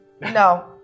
no